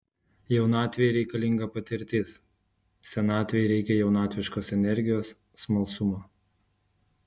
jaunatvei reikalinga patirtis senatvei reikia jaunatviškos energijos smalsumo